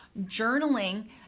journaling